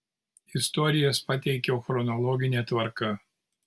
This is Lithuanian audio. istorijas pateikiau chronologine tvarka